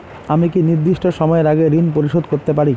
আমি কি নির্দিষ্ট সময়ের আগেই ঋন পরিশোধ করতে পারি?